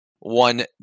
one